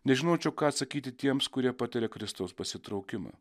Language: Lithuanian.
nežinočiau ką atsakyti tiems kurie patiria kristaus pasitraukimą